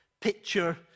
picture